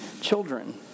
children